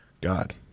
God